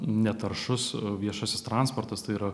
netaršus viešasis transportas tai yra